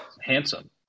Handsome